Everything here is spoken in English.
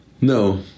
no